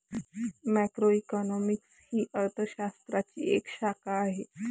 macroeconomics ही अर्थ शास्त्राची एक शाखा आहे